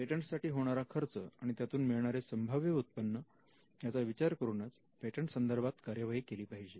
पेटंटसाठी होणारा खर्च आणि त्यातून मिळणारे संभाव्य उत्पन्न याचा विचार करूनच पेटंट संदर्भात कार्यवाही केली पाहिजे